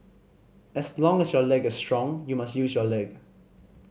as long as your leg is strong you must use your leg